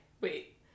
Wait